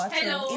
Hello